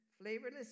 flavorless